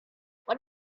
what